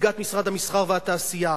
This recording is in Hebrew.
נציגת משרד המסחר והתעשייה